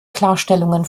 klarstellungen